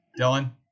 Dylan